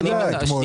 לא אתמול.